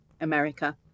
America